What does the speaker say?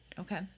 Okay